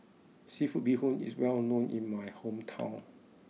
Seafood Bee Hoon is well known in my hometown